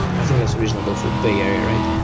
i think that's a reasonable for bay area, right?